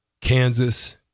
Kansas